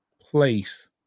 place